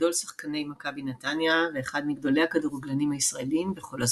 גדול שחקני מכבי נתניה ואחד מגדולי הכדורגלנים הישראלים בכל הזמנים.